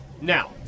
now